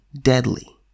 deadly